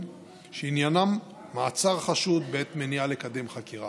שעניינן מעצר חשוד בעת מניעה לקדם חקירה.